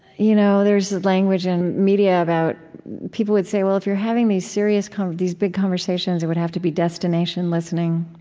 you know there's language in media about people would say, well if you're having these serious kind of these big conversations, it would have to be destination listening.